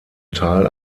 teil